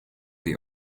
die